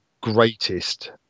greatest